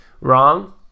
wrong